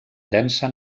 densa